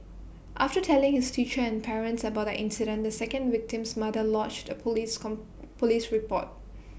after telling his teacher and parents about the incident the second victim's mother lodged A Police Police report